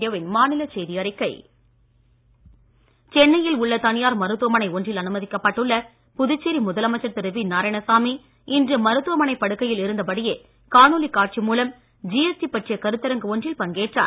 நாராயணசாமி சென்னையில் உள்ள தனியார் மருத்துவமனை ஒன்றில் அனுமதிக்கப்பட்டுள்ள புதுச்சேரி முதலமைச்சர் திரு வி நாராயணசாமி இன்று மருத்துவமனைப் படுக்கையில் இருந்தபடியே காணொளிக் காட்சி மூலம் ஜிஎஸ்டி பற்றிய கருத்தரங்கு ஒன்றில் பங்கேற்றார்